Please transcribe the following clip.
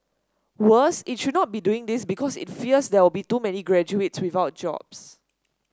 worse it should not be doing this because it fears there will be too many graduates without jobs